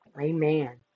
Amen